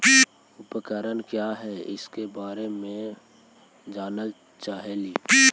उपकरण क्या है इसके बारे मे जानल चाहेली?